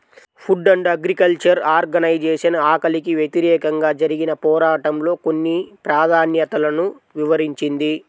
food and agriculture organization ఆకలికి వ్యతిరేకంగా జరిగిన పోరాటంలో కొన్ని ప్రాధాన్యతలను వివరించింది